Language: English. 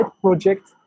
project